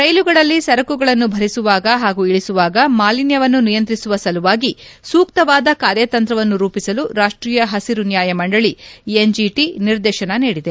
ರೈಲುಗಳಲ್ಲಿ ಸರಕುಗಳನ್ನು ಭರಿಸುವಾಗ ಹಾಗೂ ಇಳಿಸುವಾಗ ಮಾಲಿನ್ಯವನ್ನು ನಿಯಂತ್ರಿಸುವ ಸಲುವಾಗಿ ಸೂಕ್ತವಾದ ಕಾರ್ಯತಂತ್ರವನ್ನು ರೂಪಿಸಲು ರಾಷ್ವೀಯ ಹುರು ನ್ಯಾಯಮಂಡಳಿ ಎನ್ಜಿಟಿ ನಿರ್ದೇಶನ ನೀಡಿದೆ